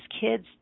kids